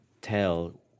tell